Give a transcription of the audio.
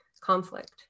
conflict